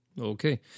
Okay